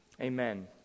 Amen